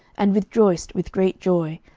and rejoiced with great joy,